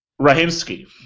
Rahimsky